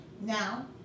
Now